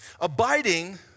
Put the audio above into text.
Abiding